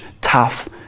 tough